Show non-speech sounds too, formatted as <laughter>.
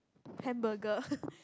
hamburger <laughs>